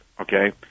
okay